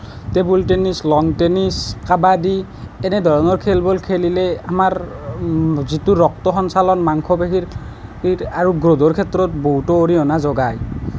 table tennis lawn tennis kabaddi তেনেধৰণৰ খেলবোৰ খেলিলে আমাৰ যিটো ৰক্ত সঞ্চালন মাংসপেশীৰ আৰু গ্ৰ'উথৰ ক্ষেত্ৰত বহুতো অৰিহণা যোগায়